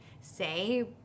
say